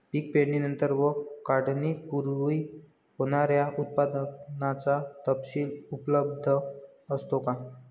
पीक पेरणीनंतर व काढणीपूर्वी होणाऱ्या उत्पादनाचा तपशील उपलब्ध असतो का?